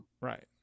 Right